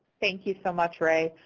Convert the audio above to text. thank you so much, ray.